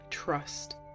Trust